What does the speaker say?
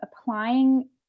applying